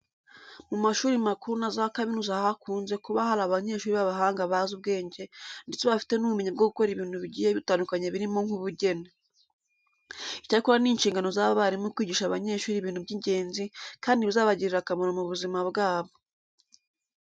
Mu mashuri makuru na za kaminuza hakunze kuba hari abanyeshuri b'abahanga bazi ubwenge ndetse bafite n'ubumenyi bwo gukora ibintu bigiye bitandukanye birimo nk'ubugeni. Icyakora ni inshingano z'abarimu kwigisha abanyeshuri ibintu by'ingenzi kandi bizabagirira akamaro mu buzima bwabo.